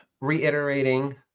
reiterating